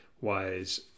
Wise